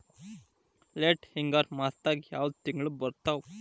Late ಹಿಂಗಾರು ಮಾಸದಾಗ ಯಾವ್ ತಿಂಗ್ಳು ಬರ್ತಾವು?